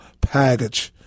package